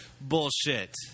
bullshit